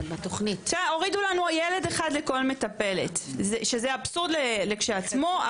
הורידו לנו ילד אחד לכל מטפלת שזה אבסורד לכשעצמו,